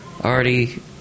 already